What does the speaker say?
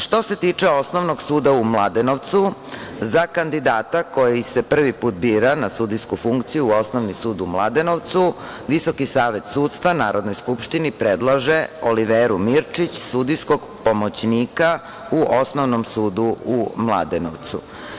Što se tiče Osnovog suda u Mladenovcu za kandidata koji se prvi put bira na sudijsku funkciju u Osnovni sud u Mladenovcu VSS Narodnoj skupštini predlaže Oliveru Mirčić, sudijskog pomoćnika u Osnovnom sudu u Mladenovcu.